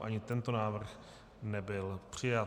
Ani tento návrh nebyl přijat.